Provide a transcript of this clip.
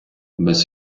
без